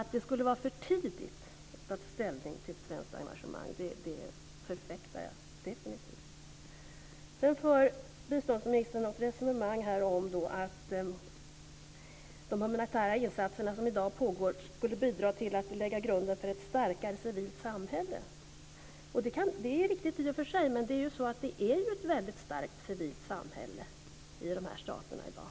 Att det skulle vara för tidigt att ta ställning till ett svenskt engagemang förnekar jag definitivt. Biståndsministern för ett resonemang om att de humanitära insatserna som pågår i dag skulle bidra till att lägga grunden för ett starkare civilt samhälle. Det är i och för sig riktigt, men det civila samhället är väldigt starkt i de här staterna i dag.